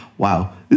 wow